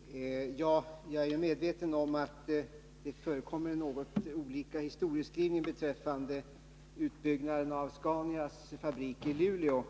Herr talman! Ja, jag är medveten om att det förekommer olika historieskrivningar beträffande utbyggnaden av Scanias fabrik i Luleå.